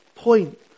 point